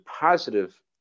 positive